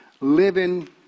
living